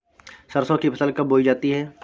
सरसों की फसल कब बोई जाती है?